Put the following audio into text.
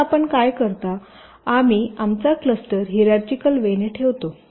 तर आपण काय करता आम्ही आमचा क्लस्टर हिराचीकल वे ने ठेवतो